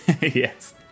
Yes